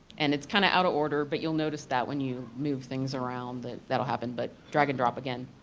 and it's kind of out of order but you will notice that when you move things around that, that will happen but drag and drop again.